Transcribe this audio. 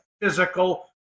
physical